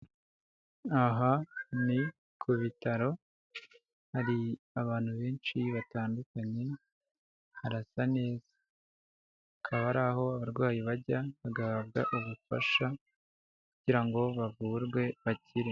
Aha ni ku bitaro hari abantu benshi batandukanye, harasa neza. Akaba ari aho abarwayi bajya bagahabwa ubufasha kugira ngo bavurwe bakire.